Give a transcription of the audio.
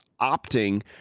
opting